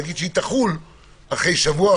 לומר שהיא תחול אחרי שבוע,